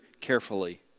carefully